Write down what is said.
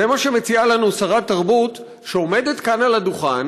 זה מה שמציעה לנו שרת תרבות שעומדת כאן על הדוכן